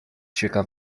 ćwieka